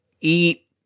eat